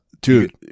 dude